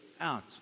out